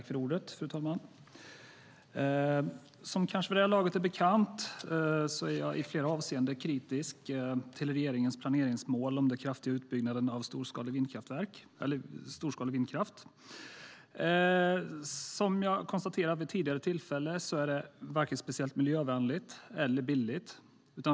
Fru talman! Som kanske är bekant vid det här laget är jag i flera avseenden kritisk till regeringens planeringsmål om den kraftiga utbyggnaden av storskalig vindkraft. Som jag har konstaterat vid tidigare tillfälle är den varken speciellt miljövänlig eller billig.